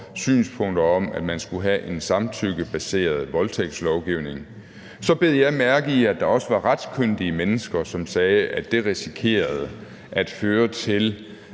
synspunkter om, at man skulle have en samtykkebaseret voldtægtslovgivning, så bed jeg mærke i, at der også var retskyndige mennesker, som sagde, at man risikerede, at det førte til